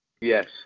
yes